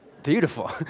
Beautiful